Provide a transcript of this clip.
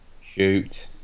shoot